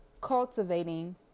cultivating